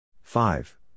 five